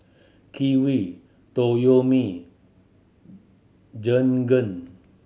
Kiwi Toyomi Jergen